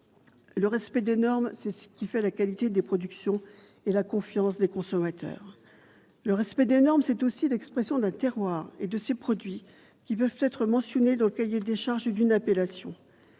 Le respect des normes, c'est ce qui fait la qualité des productions et la confiance des consommateurs. Le respect des normes, c'est aussi l'expression d'un terroir et de ses produits qui peuvent être mentionnés dans le cahier des charges d'une appellation.